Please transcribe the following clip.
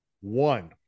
one